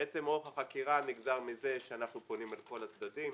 בעצם אורך החקירה נגזר מזה שאנחנו פונים אל כל הצדדים,